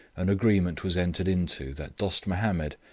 an agreement was entered into that dost mahomed,